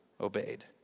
obeyed